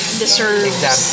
deserves